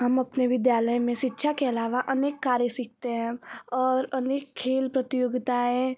हम अपने विद्यालय मे शिक्षा के अलावा अनेक कार्य सीखते हैं और अनेक खेल प्रतियोगिताएँ